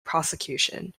prosecution